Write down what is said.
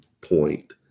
point